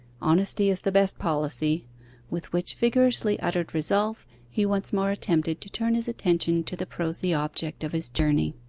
honesty is the best policy with which vigorously uttered resolve he once more attempted to turn his attention to the prosy object of his journey.